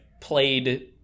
played